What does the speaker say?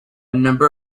number